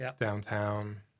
downtown